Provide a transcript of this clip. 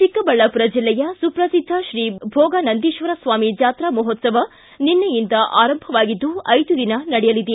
ಚಿಕ್ಕಬಳ್ಳಾಪುರ ಜಿಲ್ಲೆಯ ಸುಪ್ರಸಿದ್ದ ಶ್ರೀ ಭೋಗನಂದೀಶ್ವರಸ್ವಾಮಿ ಜಾತ್ರಾ ಮಹೋಶ್ಲವ ನಿನ್ನೆಯಿಂದ ಆರಂಭವಾಗಿದ್ದು ಐದು ದಿನ ನಡೆಯಲಿದೆ